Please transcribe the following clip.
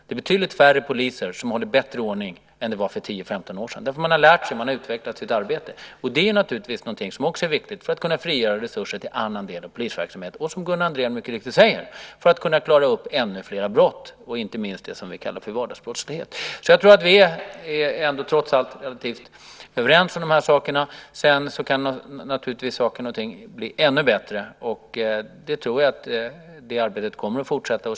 Det är betydligt färre poliser som håller bättre ordning än det var för 10-15 år sedan därför att man har lärt sig och utvecklat sitt arbete. Och det är naturligtvis någonting som också är viktigt för att kunna frigöra resurser till annan del av polisverksamheten och, som Gunnar Andrén mycket riktigt säger, för att klara upp ännu flera brott och inte minst det som vi kallar för vardagsbrottslighet. Jag tror därför att vi trots allt är relativt överens om dessa saker. Sedan kan saker och ting naturligtvis bli ännu bättre. Och jag tror att detta arbete kommer att fortsätta.